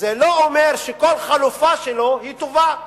זה לא אומר שכל חלופה שלו היא טובה.